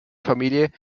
familie